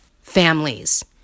families